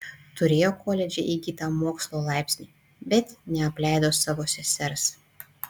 turėjo koledže įgytą mokslo laipsnį bet neapleido savo sesers